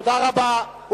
תודה רבה.